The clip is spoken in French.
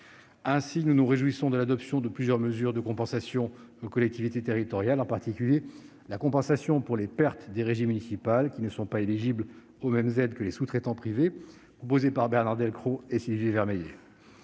Ainsi, nous nous réjouissons de l'adoption de plusieurs mesures de compensation aux collectivités territoriales, en particulier la compensation pour les pertes des régies municipales, qui ne sont pas éligibles aux mêmes aides que les sous-traitants privés, proposée par Bernard Delcros et Sylvie Vermeillet.